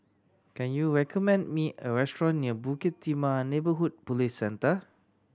can you recommend me a restaurant near Bukit Timah Neighbourhood Police Centre